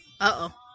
Uh-oh